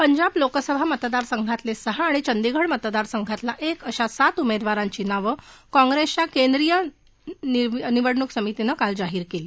पंजाब लोकसभा मतदारसंघातले सहा आणि चंदीगढ मतदारसंघातला एक अशा सात उमेदवारांची नावं काँग्रेसच्या केंद्रीय निवड समितीनं काल जाहीर केली